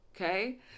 Okay